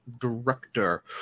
Director